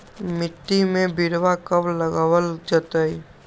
मिट्टी में बिरवा कब लगवल जयतई?